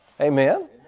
Amen